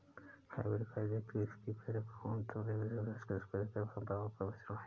hybrid एक व्यक्ति जिसकी पृष्ठभूमि दो विविध संस्कृतियों या परंपराओं का मिश्रण है